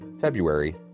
February